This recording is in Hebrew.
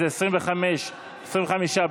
אז זה 25 בעד.